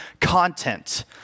content